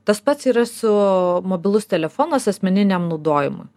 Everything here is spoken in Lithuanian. tas pats yra su mobilus telefonas asmeniniam naudojimui